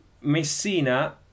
Messina